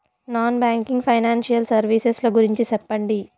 Non banking financial services ల గురించి సెప్పండి?